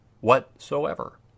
whatsoever